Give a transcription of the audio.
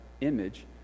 image